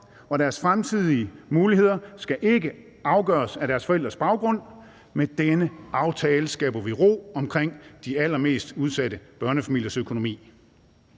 og deres fremtidige muligheder skal ikke afgøres af deres forældres baggrund. Med denne aftale skaber vi ro omkring de allermest udsatte børnefamiliers økonomi.